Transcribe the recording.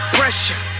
pressure